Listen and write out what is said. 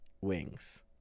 Wings